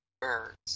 birds